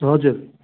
हजुर